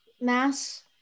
mass